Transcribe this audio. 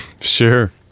Sure